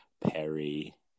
Perry